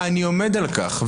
אני עומד על כך.